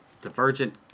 Divergent